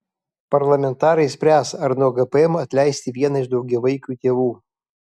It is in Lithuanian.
parlamentarai spręs ar nuo gpm atleisti vieną iš daugiavaikių tėvų